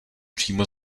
přímo